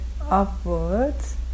upwards